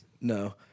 No